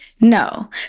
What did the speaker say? No